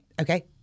Okay